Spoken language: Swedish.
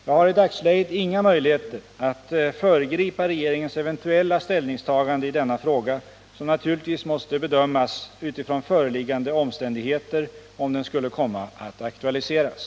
Jag har i dagsläget inga möjligheter att föregripa regeringens eventuella ställningstagande i denna fråga, som naturligtvis måste bedömas utifrån föreliggande omständigheter, om den skulle komma att aktualiseras.